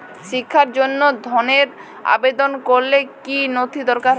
শিক্ষার জন্য ধনের আবেদন করলে কী নথি দরকার হয়?